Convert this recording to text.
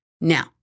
Now